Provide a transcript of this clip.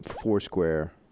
Foursquare